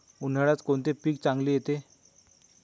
उन्हाळ्यात कोणते पीक चांगले येते?